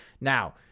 Now